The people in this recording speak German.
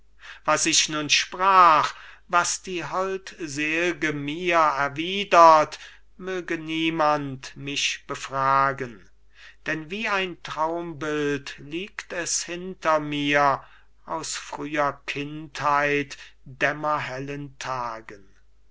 was ich nun sprach was die holdsel'ge mir erwiedert möge niemand mich befragen denn wie ein traumbild liegt es hinter mir aus früher kindheit dämmerhellen tagen